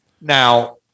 Now